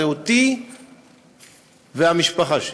אותי והמשפחה שלי.